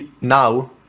now